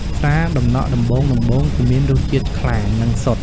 ស្រាដំណក់ដំបូងៗគឺមានរសជាតិខ្លាំង និងសុទ្ធ។